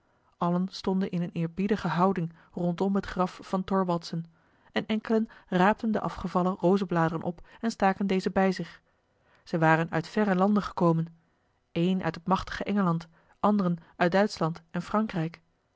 allen stonden in een eerbiedige houding rondom het graf van thorwaldsen en enkelen raapten de afgevallen rozebladeren op en staken deze bij zich zij waren uit verre landen gekomen een uit het machtige engeland anderen uit duitschland en frankrijk